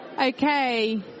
Okay